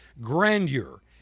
grandeur